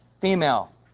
female